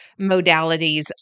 modalities